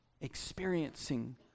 experiencing